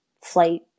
flight